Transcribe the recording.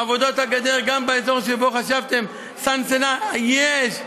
עבודות הגדר גם באזור שבו חשבתם, סנסנה, יש.